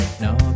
no